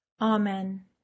amen